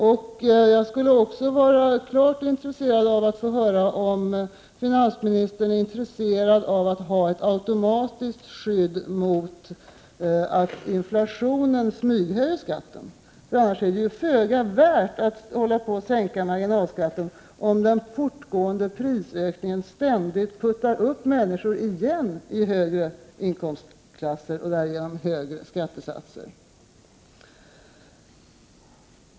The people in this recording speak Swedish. Vidare skulle jag vilja höra om finansministern är intresserad av att ha ett automatiskt skydd mot att inflationen smyghöjer skatten. Det är ju föga värt att hålla på och sänka marginalskatten, om den fortgående prisökningen ständigt puttar upp människor igen i högre inkomstklasser och därigenom ger dem högre skattesatser.